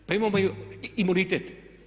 Pa imamo imunitet.